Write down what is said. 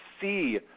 see